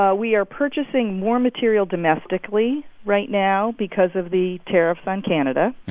ah we are purchasing more material domestically right now because of the tariffs on canada.